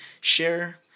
share